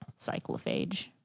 cyclophage